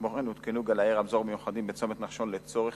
כמו כן הותקנו גלאי רמזור מיוחדים בצומת נחשון לצורך